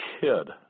kid